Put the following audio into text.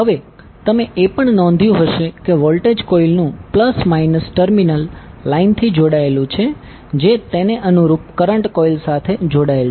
હવે તમે એ પણ નોંધ્યું હશે કે વોલ્ટેજ કોઇલનું પ્લસ માઈનસ ટર્મિનલ લાઇનથી જોડાયેલું છે જે તેને અનુરૂપ કરંટ કોઇલ સાથે જોડાયેલ છે